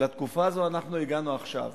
לתקופה הזאת אנחנו הגענו עכשיו.